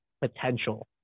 potential